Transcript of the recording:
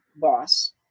boss